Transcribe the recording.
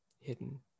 hidden